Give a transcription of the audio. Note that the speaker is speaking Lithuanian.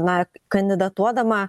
na kandidatuodama